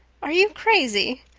are you crazy?